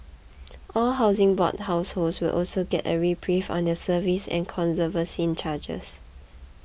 all Housing Board households will also get a reprieve on their service and conservancy charges